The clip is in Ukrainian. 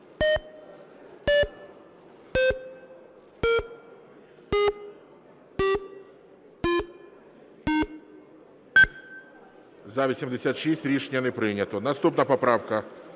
За-86 Рішення не прийнято. Наступна поправка.